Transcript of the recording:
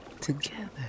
together